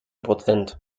prozent